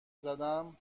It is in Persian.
زدم